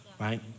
right